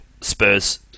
Spurs